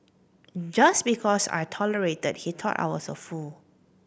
just because I tolerated he thought I was a fool